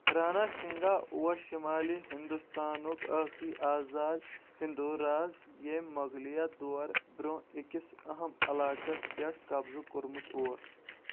رانا سنگا اوس شمٲلی ہندوستانُک ٲخری آزاد ہندو راز ییٚمۍ مغلیہ دورٕ برۅنٛہہ أکِس أہم علاقس پٮ۪ٹھ قبضہٕ کوٚرمُت اوس